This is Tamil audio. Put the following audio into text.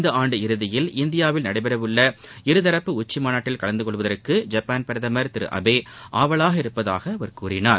இந்தான்டு இறுதியில் இந்தியாவில் நடைபெறவுள்ள இருதரப்பு உச்சிமாநாட்டில் கலந்து கொள்வதற்கு ஜப்பான் பிரதமர் திரு அபே ஆவலாக இருப்பதாக அவர் கூறினார்